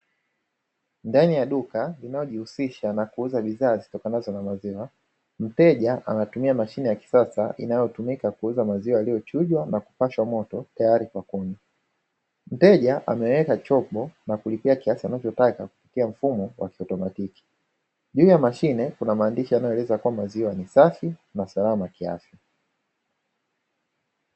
Ndani ya duka linalojihusisha na kuuza bidhaa zitokanazo na maziwa, mteja anatumia mashine ya kisasa inayotumika kuuza maziwa yaliyochujwa na kupashwa moto tayari kwa kunywa. Mteja ameweka chombo na kulipia kiasi anachotaka kupitia mfumo wa kiotomatiki, juu ya mashine kuna maandishi yanayoeleza kwamba maziwa ni safi na salama kiafya.